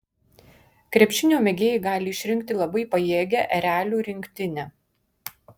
krepšinio mėgėjai gali išrinkti labai pajėgią erelių rinktinę